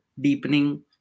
deepening